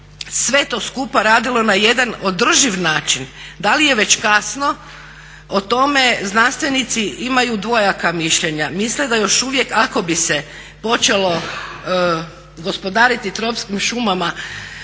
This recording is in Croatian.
sve to skupa radilo na jedan održiv način. Da li je već kasno o tome znanstvenici imaju dvojaka mišljenja, misle da još uvijek ako bi se počelo gospodariti tropskim šumama